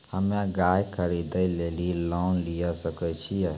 हम्मे गाय खरीदे लेली लोन लिये सकय छियै?